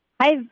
Hi